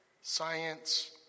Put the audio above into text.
science